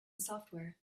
software